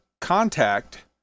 contact